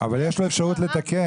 אבל יש לו אפשרות לתקן.